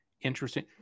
interesting